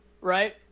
right